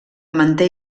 manté